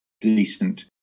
decent